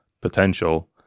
potential